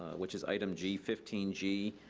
which is item g fifteen g.